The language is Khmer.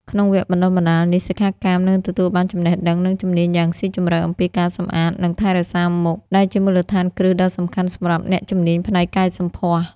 ក្នុងវគ្គបណ្តុះបណ្តាលនេះ សិក្ខាកាមនឹងទទួលបានចំណេះដឹង និងជំនាញយ៉ាងស៊ីជម្រៅអំពីការសម្អាត និងថែរក្សាមុខ ដែលជាមូលដ្ឋានគ្រឹះដ៏សំខាន់សម្រាប់អ្នកជំនាញផ្នែកកែសម្ផស្ស។